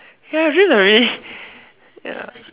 ya she is very yes